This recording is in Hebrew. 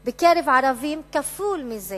בקרב ערבים כפול מזה